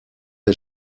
est